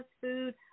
food